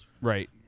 Right